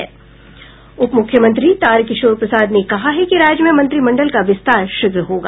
उप मुख्यमंत्री तारकिशोर प्रसाद ने कहा है कि राज्य में मंत्रिमंडल का विस्तार शीघ्र होगा